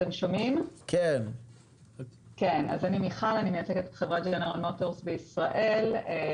אני מייצגת את חברת "ג'נרל מוטורס" בישראל.